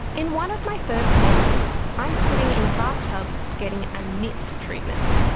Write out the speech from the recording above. in one of my first memories i'm sitting in a bathtub getting a nit treatment.